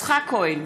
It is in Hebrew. יצחק כהן,